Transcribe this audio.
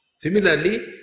Similarly